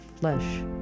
flesh